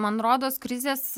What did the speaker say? man rodos krizės